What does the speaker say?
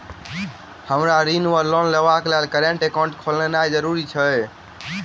हमरा ऋण वा लोन लेबाक हेतु करेन्ट एकाउंट खोलेनैय जरूरी छै?